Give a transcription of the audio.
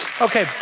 Okay